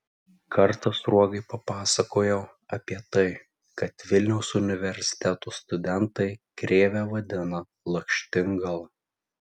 kartą sruogai papasakojau apie tai kad vilniaus universiteto studentai krėvę vadina lakštingala